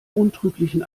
untrüglichen